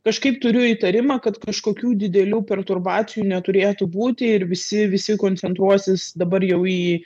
kažkaip turiu įtarimą kad kažkokių didelių perturbacijų neturėtų būti ir visi visi koncentruosis dabar jau į